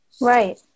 Right